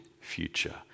future